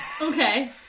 Okay